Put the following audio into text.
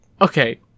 okay